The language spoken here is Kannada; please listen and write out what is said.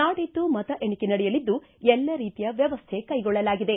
ನಾಡಿದ್ದು ಮತ ಏಣಿಕೆ ನಡೆಯಲ್ಲಿದ್ದು ಎಲ್ಲ ರೀತಿಯ ವ್ಯವಸ್ಥೆ ಕೈಗೊಳ್ಳಲಾಗಿದೆ